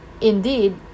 Indeed